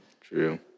True